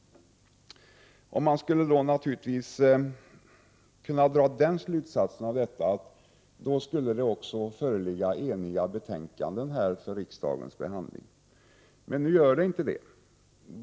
Av detta skulle man naturligtvis kunna dra den slutsatsen att det föreligger eniga betänkanden för riksdagens behandling. Men nu gör det inte det.